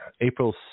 April